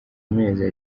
amezi